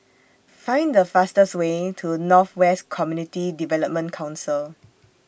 Find The fastest Way to North West Community Development Council